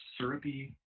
syrupy